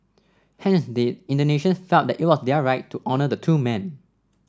hence the Indonesians felt that it was their right to honour the two men